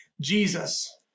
Jesus